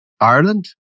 Ireland